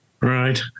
right